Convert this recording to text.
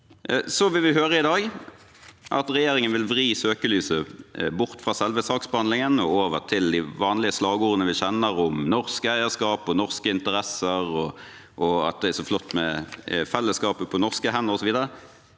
dag vil vi høre at regjeringen vil vri søkelyset bort fra selve saksbehandlingen og over til de vanlige slagordene vi kjenner, om norsk eierskap, norske interesser og at det er så flott med fellesskapet, på norske hender, osv.